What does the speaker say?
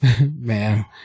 Man